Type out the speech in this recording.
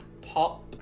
pop